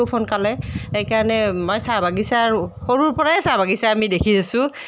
খুব সোনকালে সেইকাৰণে মই চাহ বাগিচা সৰুৰ পৰাই চাহ বাগিচা আমি দেখি আহিছোঁ